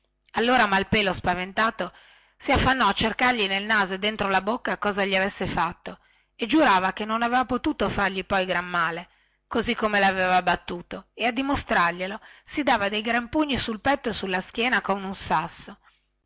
allora malpelo spaventato si affannò a cercargli nel naso e dentro la bocca cosa gli avesse fatto e giurava che non avea potuto fargli poi gran male così come laveva battuto e a dimostrarglielo si dava dei gran pugni sul petto e sulla schiena con un sasso